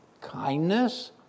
kindness